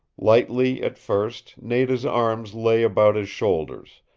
lightly at first nada's arms lay about his shoulders,